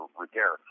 repair